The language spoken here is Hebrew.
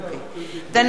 דניאל אילון,